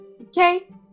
okay